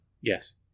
Yes